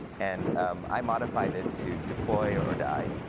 and um i modified it to deploy or die,